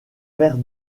verre